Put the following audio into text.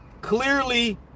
Clearly